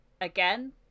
again